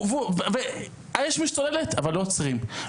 האש משתוללת, אבל לא עוצרים.